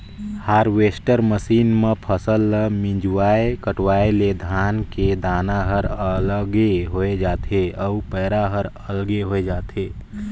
harvester machine म फसल ल मिंजवाय कटवाय ले धान के दाना हर अलगे होय जाथे अउ पैरा हर अलगे होय जाथे